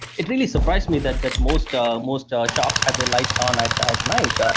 it really surprised me that that most ah most shops had their lights on at at night,